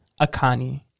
Akani